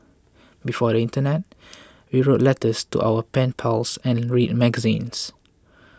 a smile can often lift up a weary spirit